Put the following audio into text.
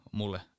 mulle